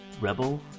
Rebel